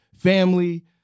family